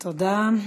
תודה.